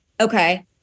okay